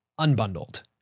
unbundled